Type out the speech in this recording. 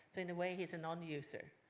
in a way he is a nonuser.